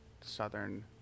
Southern